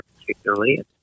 particularly